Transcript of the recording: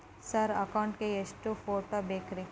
Sir account ಗೇ ಎಷ್ಟು photo ಬೇಕ್ರಿ?